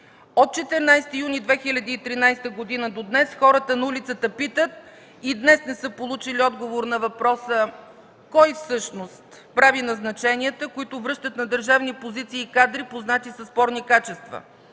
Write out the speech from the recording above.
От 14 юни 2013 година до днес хората на улицата питат и досега не са получили отговор на въпроса: „Кой всъщност прави назначенията?”, които връщат на държавни позиции кадри, познати със спорни качества.